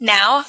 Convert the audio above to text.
Now